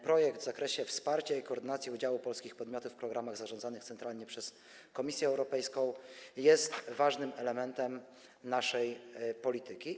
Projekt w zakresie wsparcia i koordynacji udziału polskich podmiotów w programach zarządzanych centralnie przez Komisję Europejską jest ważnym elementem naszej polityki.